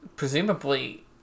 Presumably